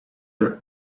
their